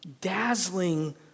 dazzling